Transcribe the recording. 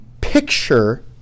picture